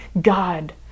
God